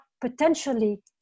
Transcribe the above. potentially